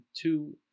two